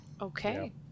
Okay